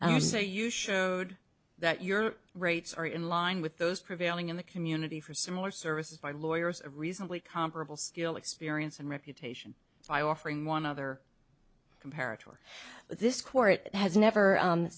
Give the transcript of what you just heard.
would say you showed that your rates are in line with those prevailing in the community for similar services by lawyers reasonably comparable skill experience and reputation by offering one other comparative or this court has never